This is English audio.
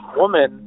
woman